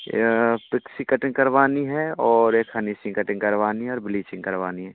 या पिक्स की कटिन्ग करवानी है और एक हनी सिंह कटिन्ग करवानी है और ब्लीचिन्ग करवानी है